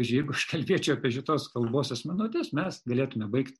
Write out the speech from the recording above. jeigu aš kalbėčiau apie šitos kalbos asmenuotes mes galėtume baigt